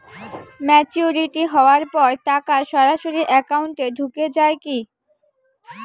Maturity হওয়ার পর টাকা সরাসরি একাউন্ট এ ঢুকে য়ায় কি?